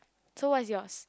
so what is yours